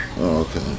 Okay